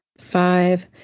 five